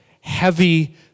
heavy